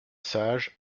sage